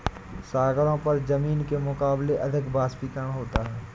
सागरों पर जमीन के मुकाबले अधिक वाष्पीकरण होता है